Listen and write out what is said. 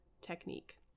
technique